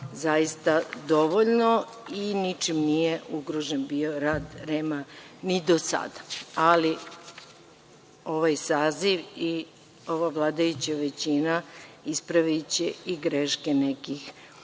zaista dovoljno i ničim nije bio ugrožen rad REM-a ni do sada. Ali, ovaj saziv i ova vladajuća većina ispraviće i greške nekih naših